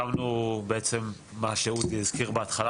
קמנו בעצם מה שאודי הזכיר בהתחלה,